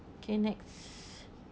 okay next